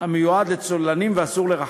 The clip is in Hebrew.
המיועד לצוללנים ואסור לרחצה,